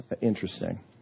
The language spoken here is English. interesting